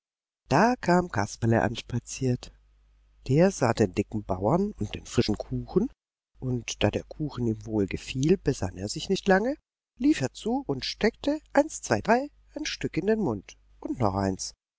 da kam kasperle anspaziert der sah den dicken bauer und den frischen kuchen und da der kuchen ihm wohlgefiel besann er sich nicht lange lief herzu und steckte eins zwei drei ein stück in den mund und noch eins